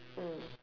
mm